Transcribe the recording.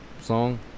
song